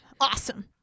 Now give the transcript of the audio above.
Awesome